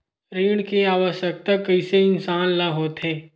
ऋण के आवश्कता कइसे इंसान ला होथे?